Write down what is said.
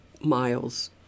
miles